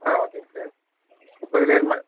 ஆ ஓகேங்க சார் முப்பது பேருக்கு மேலே